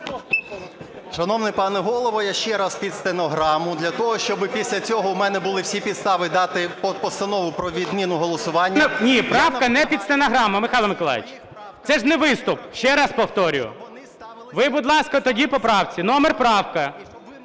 Шановний пане Голово! Я ще раз під стенограму для того, щоб після цього в мене були всі підстави дати постанову про відміну голосування. ГОЛОВУЮЧИЙ. Ні, правка не під стенограму, Михайло Миколайович, це ж не виступ. Ще раз повторюю. Ви, будь ласка, тоді по правці. Номер правки?